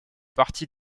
partie